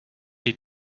les